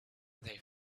they